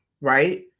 right